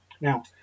Now